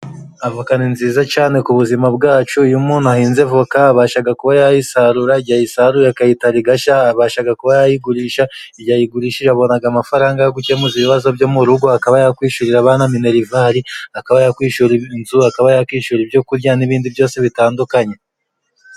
Avoka ni nziza cane ku buzima bwacu, iyo umuntu ahinze voka abashaga kuba yayisarura, igihe ayisaruye akayitara igasha, abashaga kuba yayigurisha, igihe ayigurishije abonaga amafaranga yo gukemura ibibazo byo mu rugo, akaba yakwishurira abana minerivari, akaba yakwishurira inzu akaba yakishura ibyo kurya n'ibindi byose bitandukanye.